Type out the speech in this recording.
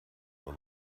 for